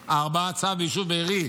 4. צו ביישוב בארי,